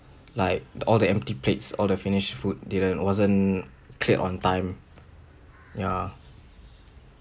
like the all the empty plates all the finished food didn't wasn't cleared on time ya